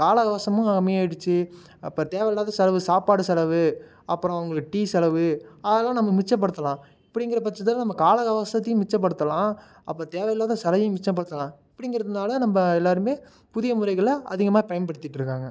கால அவகாசமும் கம்மியாயிடுச்சு அப்போ தேவயில்லாத செலவு சாப்பாடு செலவு அப்புறம் அவங்களுக்கு டீ செலவு அதெலாம் நம்ம மிச்சப்படுத்தலாம் இப்படிங்குற பட்சத்தில் நம்ம கால அவகாசத்தையும் மிச்சப்படுத்தலாம் அப்புறம் தேவயில்லாத செலவையும் மிச்சப்படுத்தலாம் அப்படிங்குறதுனால நம்ம எல்லாருமே புதிய முறைகளை அதிகமாக பயன்படுத்திகிட்டு இருக்காங்க